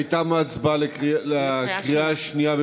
תמה ההצבעה בקריאה שנייה.